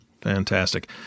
Fantastic